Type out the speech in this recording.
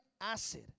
acid